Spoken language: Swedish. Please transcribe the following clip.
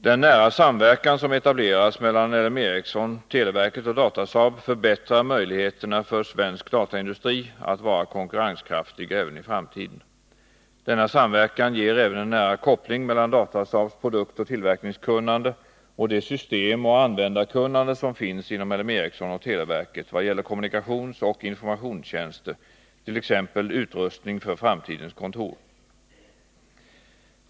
Den nära samverkan som etableras mellan L M Ericsson, televerket och Datasaab förbättrar möjligheterna för svensk dataindustri att vara konkurrenskraftig även i framtiden. Denna samverkan ger även en nära koppling mellan Datasaabs produktoch tillverkningskunnande och det systemoch användarkunnande som finns inom LM Ericsson och televerket vad gäller kommunikationsoch informationstjänster, t.ex. utrustning för framtidens kontor.